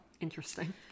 Interesting